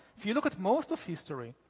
if you look at most of history,